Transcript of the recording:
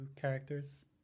characters